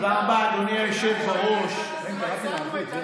עד שלא תסביר לי איך אתה נותן שיפוי לרשויות שלא מקבלות מענקי איזון,